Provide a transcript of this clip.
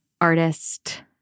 artist